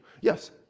yes